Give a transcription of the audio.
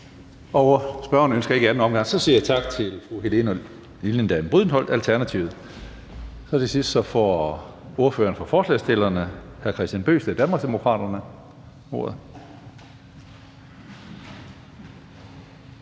for endnu en kort bemærkning. Så siger jeg tak til fru Helene Liliendahl Brydensholt, Alternativet. Her til sidst får ordføreren for forslagsstillerne, hr. Kristian Bøgsted, Danmarksdemokraterne, ordet.